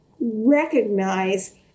recognize